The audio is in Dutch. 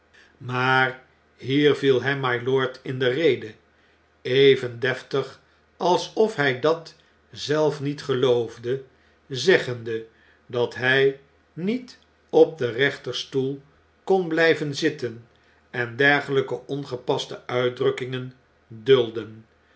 maar hier viel hem mylord in de rede even deftig alsof hjj datzelf nietgeloofde zeggende dat hjj niet op den rechterstoel kon blijven zitten en dergeljjke ongepaste uitdrukkingen dulden